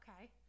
okay